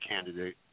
candidate